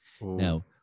Now